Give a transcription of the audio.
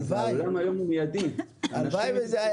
הלוואי וזה היה